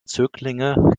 zöglinge